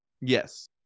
yes